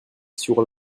sur